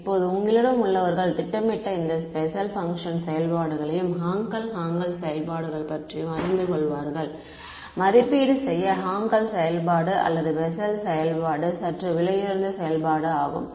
இப்போது உங்களிடம் உள்ளவர்கள் திட்டமிடப்பட்ட இந்த பெசல் செயல்பாடுகளையும் ஹான்கல் ஹாங்கல் செயல்பாடுகள் பற்றியும் அறிந்து கொள்வார்கள் மதிப்பீடு செய்ய ஹாங்கல் செயல்பாடு அல்லது பெசல் செயல்பாடு சற்று விலையுயர்ந்த செயல்பாடு ஆகும்